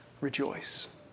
rejoice